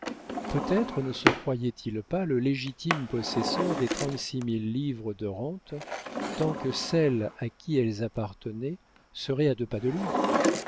peut-être ne se croyait-il pas le légitime possesseur des trente-six mille livres de rente tant que celle à qui elles appartenaient serait à deux pas de lui